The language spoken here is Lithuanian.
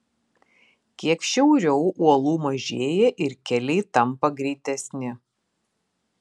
kiek šiauriau uolų mažėja ir keliai tampa greitesni